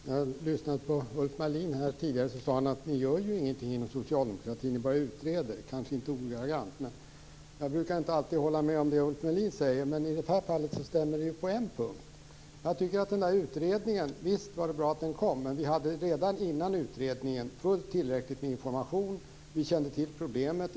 Fru talman! Ulf Melin sade här tidigare att ni inom socialdemokratin gör ju ingenting, ni bara utreder. Jag brukar inte alltid hålla med om det som Ulf Melin säger, men i det här fallet stämmer det på en punkt. Visst var det bra att det tillsattes en utredning, men vi hade fullt tillräckligt med information redan innan utredningen. Vi kände till problemet.